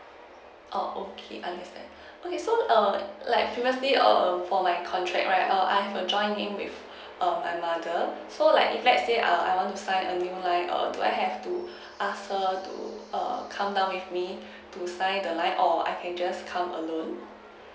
oh okay understand okay so err like previously err for my contract right err I've a joined in with um my mother so like if let's say I want to sign a new like err do I have to ask her to err come down with me to sign the line or I can just come alone